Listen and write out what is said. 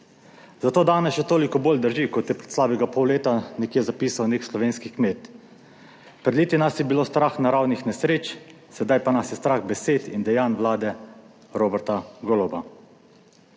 Zato danes še toliko bolj drži, kot je pred slabega pol leta nekje zapisal nek slovenski kmet: "Pred leti nas je bilo strah naravnih nesreč, sedaj pa nas je strah besed in dejanj vlade Roberta Goloba."